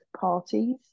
parties